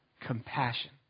compassion